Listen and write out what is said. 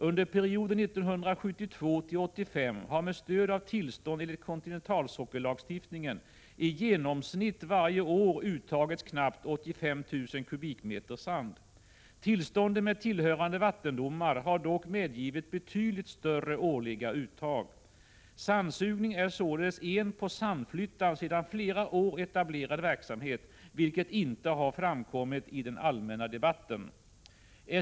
Under perioden 1972—1985 har med stöd av tillstånd enligt kontinentalsockellagstiftningen i genomsnitt varje år uttagits knappt 85 000 kubikmeter sand. Tillstånden med tillhörande vattendomar har dock medgivit betydligt större årliga uttag. Sandsugning är således en på Sandflyttan sedan flera år etablerad verksamhet, vilket inte har framkommit i den allmänna debatten.